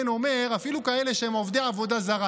הוא אומר: אפילו כאלה שהם עובדי עבודה זרה,